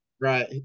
Right